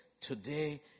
today